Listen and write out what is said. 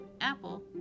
Apple